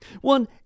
One